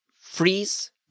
freeze